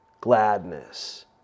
gladness